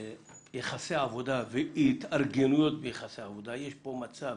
יחסי עבודה והתארגנויות ביחסי עבודה, יש פה מצב